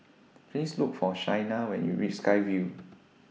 Please Look For Shaina when YOU REACH Sky Vue